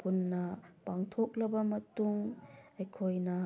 ꯄꯨꯟꯅ ꯄꯥꯡꯊꯣꯛꯂꯕ ꯃꯇꯨꯡ ꯑꯩꯈꯣꯏꯅ